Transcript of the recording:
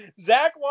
Zach